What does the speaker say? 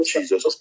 Jesus